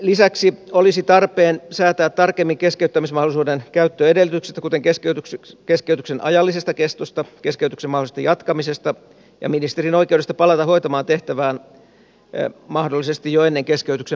lisäksi olisi tarpeen säätää tarkemmin keskeyttämismahdollisuuden käyttöedellytyksistä kuten keskeytyksen ajallisesta kestosta keskeytyksen mahdollisesta jatkamisesta ja ministerin oikeudesta palata hoitamaan tehtävää mahdollisesti jo ennen keskeytyksen päättymistä